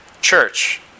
church